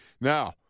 now